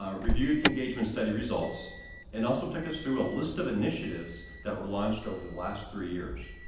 ah reviewed the engagement study results and also took us through a list of initiatives that were launched over the last three years.